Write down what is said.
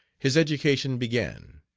his education began.